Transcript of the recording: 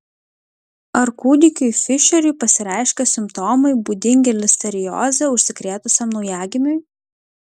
ar kūdikiui fišeriui pasireiškė simptomai būdingi listerioze užsikrėtusiam naujagimiui